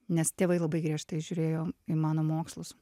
nes tėvai labai griežtai žiūrėjo į mano mokslus